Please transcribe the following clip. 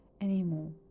anymore